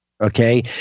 Okay